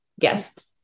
guests